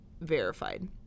verified